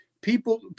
people